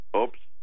Oops